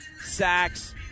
sacks